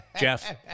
Jeff